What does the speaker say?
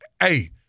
hey